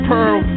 Pearl